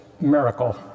miracle